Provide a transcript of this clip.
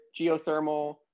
geothermal